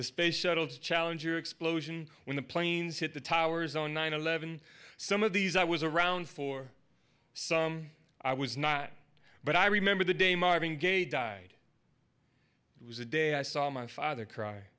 the space shuttle challenger explosion when the planes hit the towers on nine eleven some of these i was around for some i was not but i remember the day marvin gaye died it was the day i saw my father cry